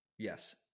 Yes